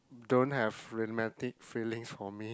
don't have romantic feelings for me